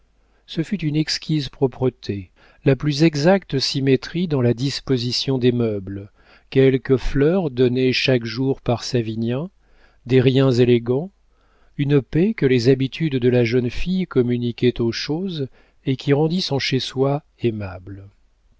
ce fut une exquise propreté la plus exacte symétrie dans la disposition des meubles quelques fleurs données chaque jour par savinien des riens élégants une paix que les habitudes de la jeune fille communiquaient aux choses et qui rendit son chez-soi aimable